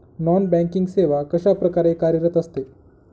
Non banking सेवा कशाप्रकारे कार्यरत असते?